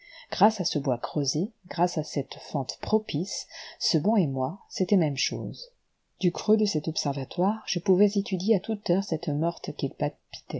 grâce à ce bois creusé grâce à cette fente propice ce banc et moi c'était même chose du creux de cet observatoire je pouvais étudier à toute heure cette morte qui palpitait